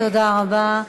תודה רבה.